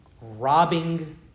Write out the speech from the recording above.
robbing